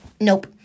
nope